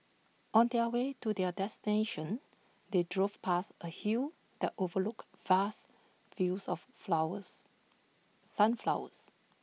on their way to their destination they drove past A hill that overlooked vast fields of flowers sunflowers